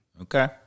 okay